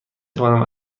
توانم